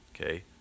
okay